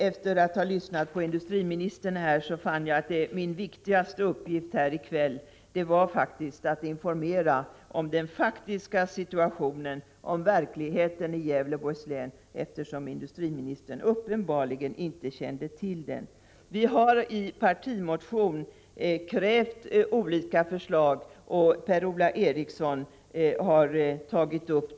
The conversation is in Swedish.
Efter att ha lyssnat på industriministern fann jag att min viktigaste uppgift här i kväll var att informera om den faktiska situationen, om verkligheten i Gävleborgs län, eftersom industriministern uppenbarligen inte känner till den. Vi har i en partimotion framställt olika förslag, och Per-Ola Eriksson har talat om dem.